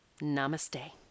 namaste